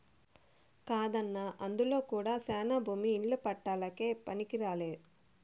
కాదన్నా అందులో కూడా శానా భూమి ఇల్ల పట్టాలకే పనికిరాలే